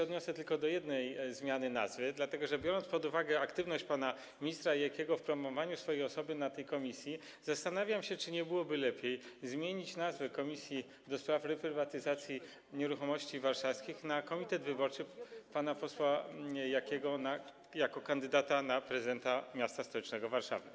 Odniosę się tylko do jednej zmiany, zmiany nazwy, dlatego że biorąc pod uwagę aktywność pana ministra Jakiego w promowaniu swojej osoby na posiedzeniach tej komisji, zastanawiam się, czy nie byłoby lepiej zmienić nazwy komisja do spraw reprywatyzacji nieruchomości warszawskich na komitet wyborczy pana posła Jakiego jako kandydata na prezydenta miasta stołecznego Warszawy.